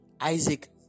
Isaac